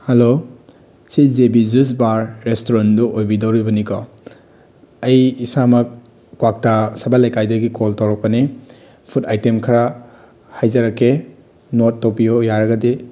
hello C J B juice bar ꯔꯦꯁꯇꯨꯔꯦꯟꯗꯣ ꯑꯣꯏꯕꯤꯗꯧꯔꯤꯕꯅꯤꯀꯣ ꯑꯩ ꯏꯁꯥꯃꯛ ꯀ꯭ꯋꯥꯛꯇꯥ ꯁꯥꯕꯜ ꯂꯩꯀꯥꯏꯗꯒꯤ ꯀꯣꯜ ꯇꯧꯔꯛꯄꯅꯦ ꯐꯨꯠ ꯑꯥꯏꯇꯦꯝ ꯈꯔ ꯍꯥꯏꯖꯔꯛꯀꯦ ꯅꯣꯠ ꯇꯧꯕꯤꯌꯣ ꯌꯥꯔꯒꯗꯤ